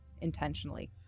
intentionally